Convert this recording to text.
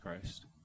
Christ